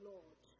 Lord